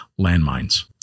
landmines